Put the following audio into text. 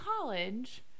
college